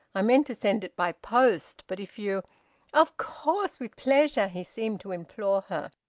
i meant to send it by post, but if you of course! with pleasure! he seemed to implore her.